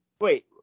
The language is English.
Wait